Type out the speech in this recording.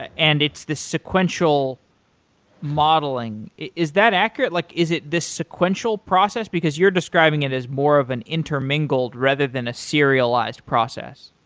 and it's the sequential modeling. is that accurate? like is it this sequential process, because you're describing it as more of an intermingled rather than a serialized process?